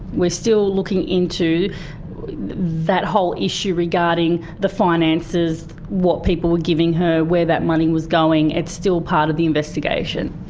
we're still looking into that whole issue regarding the finances, what people were giving her, where that money was going. it's still part of the investigation.